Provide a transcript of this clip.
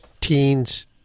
teens